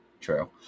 true